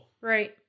Right